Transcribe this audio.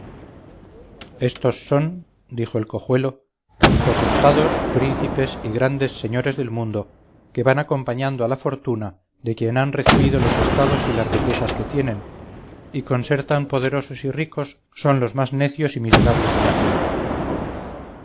balbucientes éstos son dijo el cojuelo potentados príncipes y grandes señores del mundo que van acompañando a la fortuna de quien han recibido los estados y las riquezas que tienen y con ser tan poderosos y ricos son los más necios y miserables de la tierra